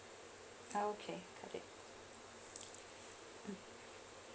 ah okay it mm